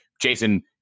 jason